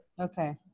Okay